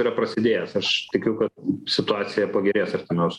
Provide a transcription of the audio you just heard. yra prasidėjęs aš tikiu kad situacija pagerės artimiausiu